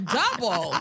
double